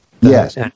Yes